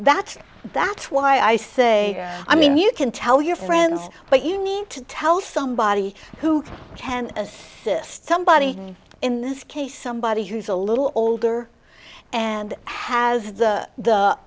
that's that's why i say i mean you can tell your friends but you need to tell somebody who can as this somebody in this case somebody who's a little older and